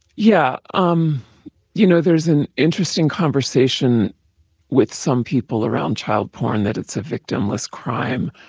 yeah. um you know, there's an interesting conversation with some people around child porn that it's a victimless crime,